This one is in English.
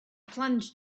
plunge